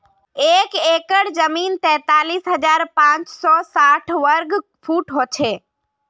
एक एकड़ जमीन तैंतालीस हजार पांच सौ साठ वर्ग फुट हो छे